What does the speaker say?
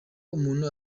umuntu